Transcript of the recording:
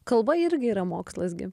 kalba irgi yra mokslas gi